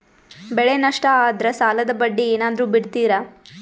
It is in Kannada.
ಬೆಳೆ ನಷ್ಟ ಆದ್ರ ಸಾಲದ ಬಡ್ಡಿ ಏನಾದ್ರು ಬಿಡ್ತಿರಾ?